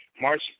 March